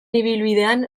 ibilbidean